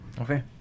Okay